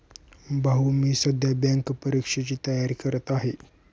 भाऊ मी सध्या बँक परीक्षेची तयारी करत आहे